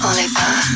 Oliver